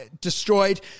destroyed